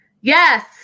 Yes